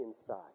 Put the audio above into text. Inside